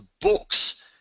books